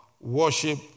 worship